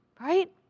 Right